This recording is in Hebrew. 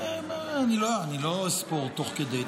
אני לא אספור תוך כדי,